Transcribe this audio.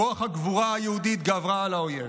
רוח הגבורה היהודית גברה על האויב,